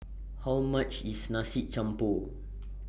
How much IS Nasi Campur